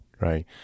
right